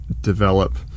develop